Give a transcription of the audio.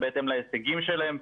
בהתאם להישגים שלהם,